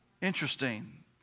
Interesting